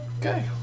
Okay